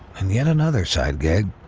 and yet another side gig,